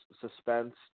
suspense